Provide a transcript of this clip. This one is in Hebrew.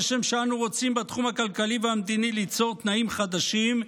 "כשם שאנו רוצים בתחום הכלכלי והמדיני ליצור תנאים חדשים,